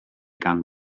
gan